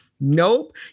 nope